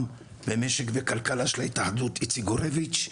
במשק וכלכלה של ההתאחדות איציק גורביץ'.